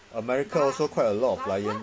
america also quite a lot of lion